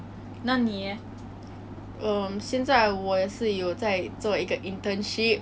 is really really different from err anyone could expect